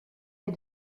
les